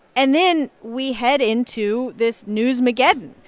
and then we head into this newsmaggedon.